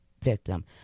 victim